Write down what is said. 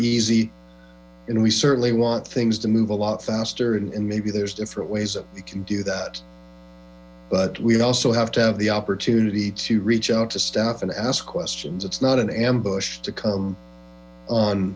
easy and we certainly want things to move a lot faster and maybe there's different ways that we can do that but we'd also have to have the opportunity to reach out to staff and ask questions it's not an ambush to come